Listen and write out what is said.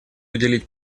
уделить